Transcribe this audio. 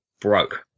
broke